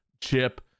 chip